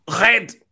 Red